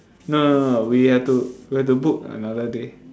no no no no we have to we have to book another day